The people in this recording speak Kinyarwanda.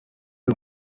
iri